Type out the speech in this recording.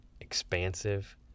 expansive